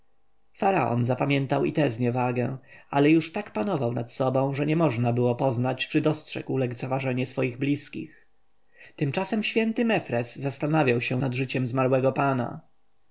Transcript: faraon zapamiętał i tę zniewagę ale już tak panował nad sobą że nie można było poznać czy dostrzegł lekceważenie swoich bliskich tymczasem święty mefres zastanawiał się nad życiem zmarłego pana